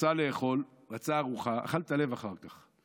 רצה לאכול, רצה ארוחה, אכל את הלב אחר כך.